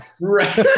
Right